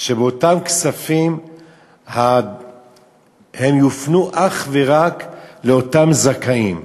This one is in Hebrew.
שאותם כספים יופנו אך ורק לדירות לזכאים,